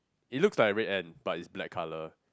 it looks like a red ant but it's black colour